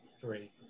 three